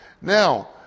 Now